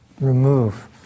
remove